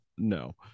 no